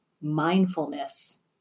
mindfulness